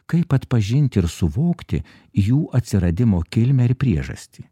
kaip atpažinti ir suvokti jų atsiradimo kilmę ir priežastį